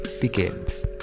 begins